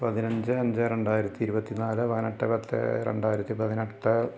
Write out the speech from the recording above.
പതിനഞ്ച് അഞ്ച് രണ്ടായിരത്തി ഇരുപത്തി നാല് പതിനെട്ട് പത്ത് രണ്ടായിരത്തി പതിനെട്ട്